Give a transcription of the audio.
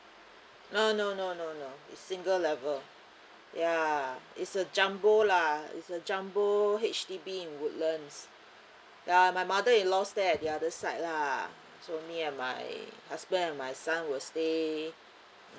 no no no no no it's single level ya it's a jumbo lah it's a jumbo H_D_B in woodlands ya my mother-in-law stay at the other side lah so me and my husband and my son will stay